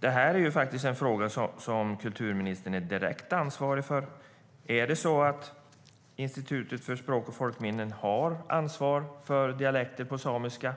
Detta är en fråga som kulturministern är direkt ansvarig för. Har Institutet för språk och folkminnen ansvar för dialekter på samiska